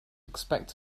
expect